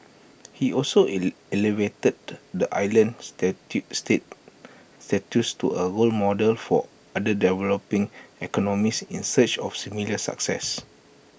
he also elevated the island status state status to A model for other developing economies in search of similar success